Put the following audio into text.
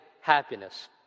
happiness